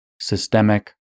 systemic